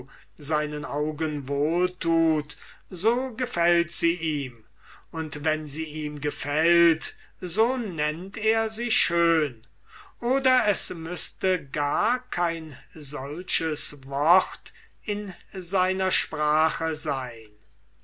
seinen augen wohl tut so gefällt sie ihm und wenn sie ihm gefällt so nennt er sie schön oder es müßte nur kein solches wort in seiner sprache sein